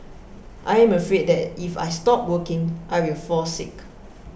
I am afraid that if I stop working I will fall sick